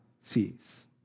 sees